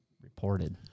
reported